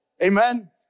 Amen